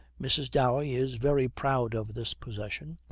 mrs. dowey is very proud of this possession,